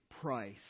price